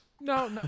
no